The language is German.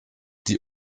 die